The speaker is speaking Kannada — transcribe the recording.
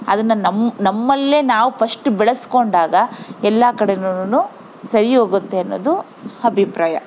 ಅದನ್ನು ನಮ್ಮ ನಮ್ಮಲ್ಲೇ ನಾವು ಪಶ್ಟ್ ಬೆಳೆಸ್ಕೊಂಡಾಗ ಎಲ್ಲ ಕಡೆನುನು ಸರಿ ಹೋಗುತ್ತೆ ಅನ್ನೋದು ಅಭಿಪ್ರಾಯ